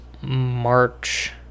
March